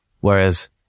Whereas